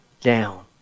down